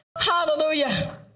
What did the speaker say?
Hallelujah